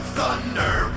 thunder